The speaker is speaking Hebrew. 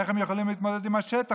איך הם יכולים להתמודד עם השטח?